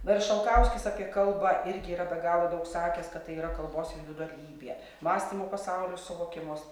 na ir šalkauskis apie kalbą irgi yra be galo daug sakęs kad tai yra kalbos individualybė mąstymo pasaulio suvokimos